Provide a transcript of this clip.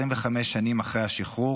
25 שנה אחרי השחרור,